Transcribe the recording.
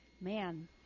Man